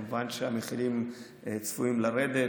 וכמובן שהמחירים צפויים לרדת.